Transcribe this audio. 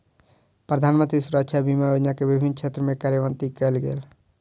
प्रधानमंत्री सुरक्षा बीमा योजना के विभिन्न क्षेत्र में कार्यान्वित कयल गेल